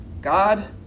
God